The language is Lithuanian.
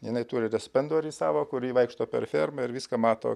jinai turi respendorį savo kur ji vaikšto per fermą ir viską mato